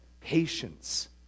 patience